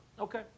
Okay